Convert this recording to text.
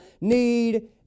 need